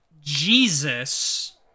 Jesus